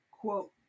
Quote